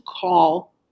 call